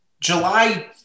July